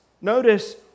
Notice